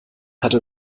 hatte